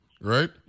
Right